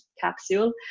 capsule